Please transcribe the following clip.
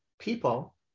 people